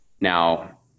Now